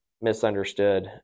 misunderstood